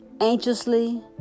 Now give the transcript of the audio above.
anxiously